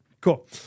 Cool